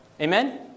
Amen